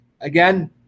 again